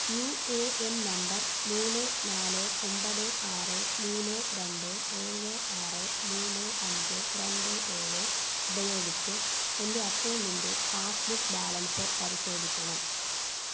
U A N number മൂന്ന് നാല് ഒമ്പത് ആറ് മൂന്ന് രണ്ട് ഏഴ് ആറ് മൂന്ന് അഞ്ച് രണ്ട് ഏഴ് ഉപയോഗിച്ച് എൻ്റെ അക്കൗണ്ടിൻ്റെ പാസ്ബുക്ക് ബാലൻസ് പരിശോധിക്കണം